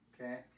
Okay